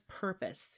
purpose